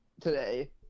today